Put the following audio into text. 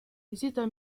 hésitent